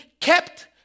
kept